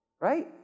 right